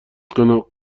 غنا